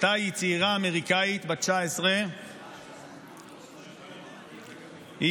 טאי היא צעירה אמריקנית בת 19. היא